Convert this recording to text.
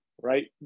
right